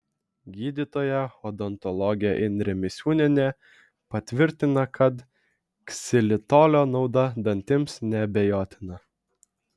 gydytoja odontologė indrė misiūnienė patvirtina kad ksilitolio nauda dantims neabejotina